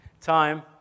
time